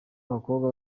abakobwa